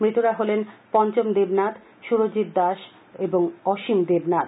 মৃতরা হলেন পঞ্চম দেবনাখ সুরজিৎ দাস ও অসীম দেবনাখ